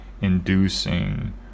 inducing